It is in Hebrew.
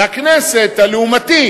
והכנסת הלעומתית